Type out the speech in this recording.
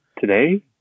today